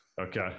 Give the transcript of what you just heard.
Okay